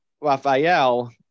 Raphael